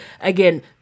again